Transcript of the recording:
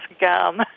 gum